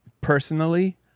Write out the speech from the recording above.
personally